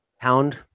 pound